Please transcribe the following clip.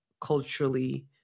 culturally